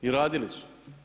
I radili su.